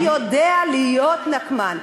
והוא יודע להיות נקמן.